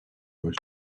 was